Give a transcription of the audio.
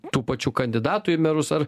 tų pačių kandidatų į merus ar